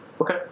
Okay